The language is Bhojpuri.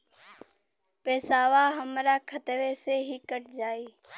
पेसावा हमरा खतवे से ही कट जाई?